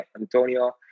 Antonio